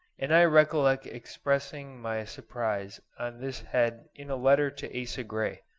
and i recollect expressing my surprise on this head in a letter to asa gray.